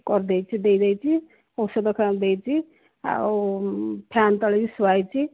କରିଦେଇଛି ଦେଇଦେଇଛି ଔଷଧ ଖାଇବାକୁ ଦେଇଛି ଆଉ ଫ୍ୟାନ ତଳେ ବି ଶୁଆଇଛି